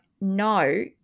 no